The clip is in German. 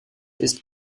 ist